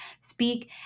speak